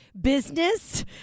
business